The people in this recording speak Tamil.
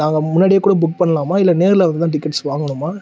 நாங்கள் முன்னாடியே கூட புக் பண்ணலாமா இல்லை நேரில் வந்து தான் டிக்கெட்ஸ் வாங்கணுமா